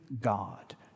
God